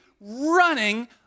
running